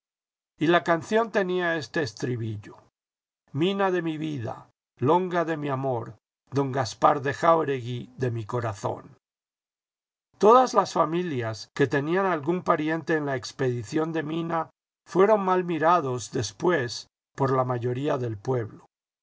y la canción tenía este estribillo mina de mi vida longa de mi amor don gaspar de jáuregui de mi corazón todas las familias que tenían algún pariente en la expedición de mina fueron mal mirados después por la mayoría del pueblo